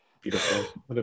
beautiful